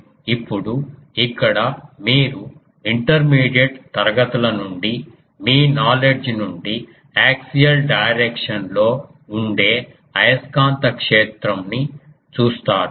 ఇప్పుడు ఇక్కడ మీరు ఇంటర్మీడియట్ తరగతుల నుండి మీ నాలెడ్జ్ నుండి యాక్సియల్ డైరెక్షన్ లో ఉండే అయస్కాంత క్షేత్రం అని చూస్తారు